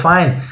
Fine